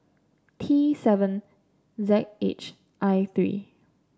T seven Z H I three